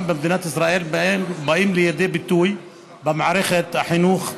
במדינת ישראל באה לידי ביטוי במערכת החינוך,